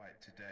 Today